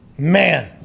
Man